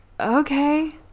okay